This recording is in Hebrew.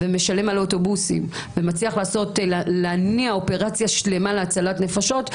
משלם על אוטובוסים ומצליח להניע אופרציה שלמה להצלת נפשות,